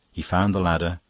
he found the ladder,